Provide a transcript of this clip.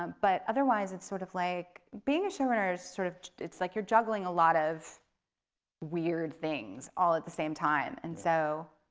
um but otherwise sort of like being a showrunner sort of it's like you're juggling a lot of weird things all at the same time. and so